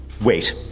Wait